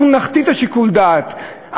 אנחנו נכתיב את שיקול הדעת,